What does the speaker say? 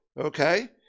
okay